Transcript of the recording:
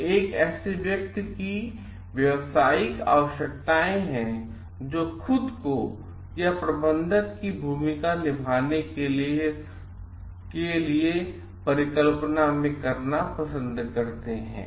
तो ये एक ऐसे व्यक्ति की व्यावसायिक आवश्यकताएं हैं जो खुद को या प्रबंधक की भूमिका निभाने वाले के रूप में परिकल्पना करना पसंद करते हैं